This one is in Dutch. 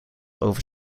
over